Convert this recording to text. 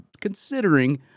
considering